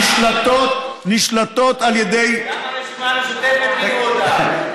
שנשלטות על ידי, למה הרשימה המשותפת גינו אותן?